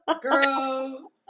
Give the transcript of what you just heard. Girl